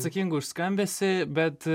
atsakingu už skambesį bet